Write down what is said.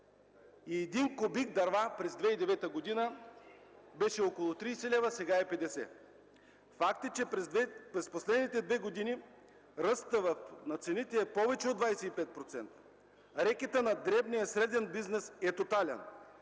Един кубик дърва през 2009 г. беше около 30 лв. – сега е 50. Факт е, че през последните две години ръстът на цените е повече от 25%! Рекетът на дребния и среден бизнес е тотален!